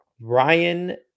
Ryan